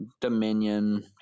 Dominion